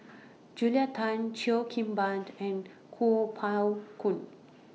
Julia Tan Cheo Kim Ban and Kuo Pao Kun